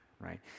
right